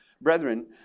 brethren